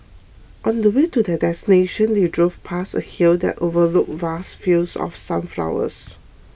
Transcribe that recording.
on the way to their destination they drove past a hill that overlooked vast fields of sunflowers